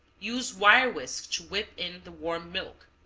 use wire whisk to whip in the warm milk.